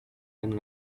than